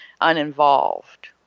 uninvolved